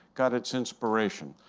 got its inspiration.